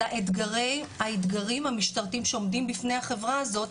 לאתגרים המשטרתיים שעומדים בפני החברה הזאת?